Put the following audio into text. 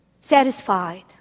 satisfied